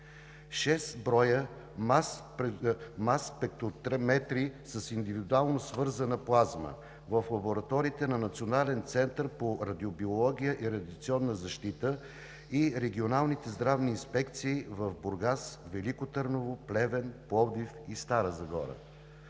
6 броя масспектрометри с индуктивно свързана плазма в лабораториите на Националния център по радиобиология и радиационна защита и регионалните здравни инспекции в Бургас, Велико Търново, Плевен, Пловдив и Стара Загора;